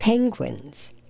Penguins